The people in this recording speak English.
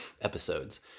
episodes